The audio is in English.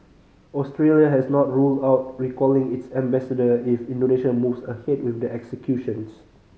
Australia has not ruled out recalling its ambassador if Indonesia moves ahead with the executions